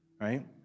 Right